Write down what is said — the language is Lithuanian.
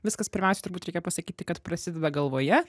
viskas pirmiausia turbūt reikia pasakyti kad prasideda galvoje